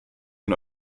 den